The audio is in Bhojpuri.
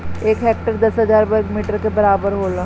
एक हेक्टेयर दस हजार वर्ग मीटर के बराबर होला